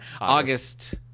August